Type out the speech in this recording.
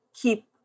keep